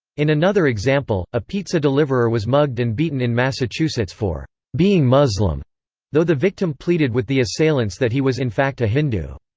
in another example, a pizza deliverer was mugged and beaten in massachusetts for being muslim though the victim pleaded with the assailants that he was in fact a hindu.